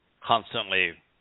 constantly